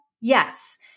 Yes